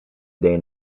dei